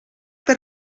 per